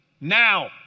now